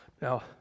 Now